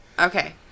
Okay